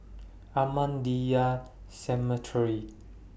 Ahmadiyya Cemetery